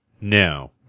No